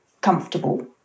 comfortable